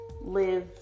live